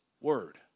word